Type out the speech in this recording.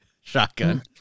shotgun